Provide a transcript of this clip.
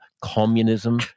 Communism